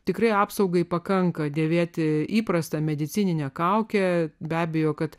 tikrai apsaugai pakanka dėvėti įprastą medicininę kaukę be abejo kad